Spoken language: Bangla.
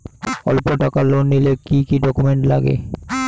অল্প টাকার লোন নিলে কি কি ডকুমেন্ট লাগে?